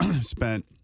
spent